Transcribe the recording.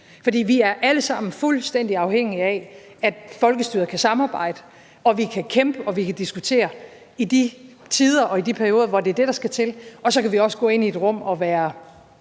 For vi er alle sammen fuldstændig afhængige af, at folkestyret kan samarbejde, og at vi kan kæmpe og vi kan diskutere i de tider og i de perioder, hvor det er det, der skal til, og at man så også kan gå ind i et rum og være